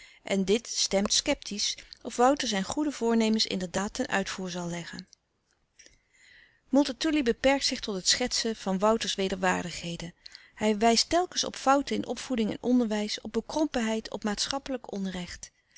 en dit stemt sceptisch of wouter zijn goede voornemens inderdaad ten uitvoer zal leggen multatuli beperkt zich niet tot het schetsen van wouters wederwaardigheden hij wijst telkens op fouten in opvoeding en onderwijs op bekrompenheid op maatschappelijk onrecht